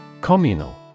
Communal